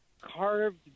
carved